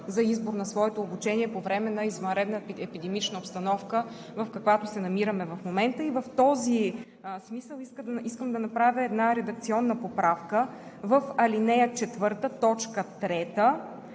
за избор на своето обучение по време на извънредната епидемична обстановка, в каквато се намираме в момента. В този смисъл искам да направя една редакционна поправка: в ал. 4,